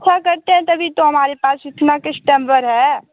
हाँ करते हैं तभी तो हमारे पास इतना कैस्टेम्बर है